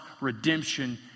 redemption